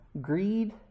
greed